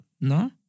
No